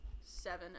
seven